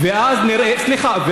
סליחה.